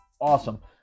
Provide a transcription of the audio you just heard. awesome